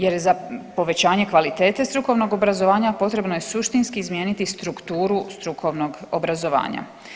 Jer za povećanje kvalitete strukovnog obrazovanja potrebno je suštinski izmijeniti strukturu strukovnog obrazovanja.